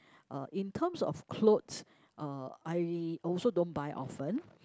uh in terms of clothes uh I also don't buy often